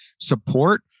support